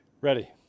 ready